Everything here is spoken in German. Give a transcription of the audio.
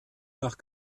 nach